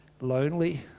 lonely